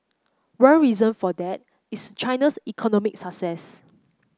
one reason for that is China's economic success